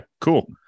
cool